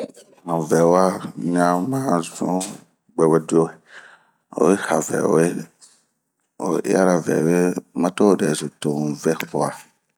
Han ŋɛŋa ɲama zun guɛguɛdue, oyi haŋɛwe, oyi iara ŋɛwe ma to'o dɛsotomu ŋɛhua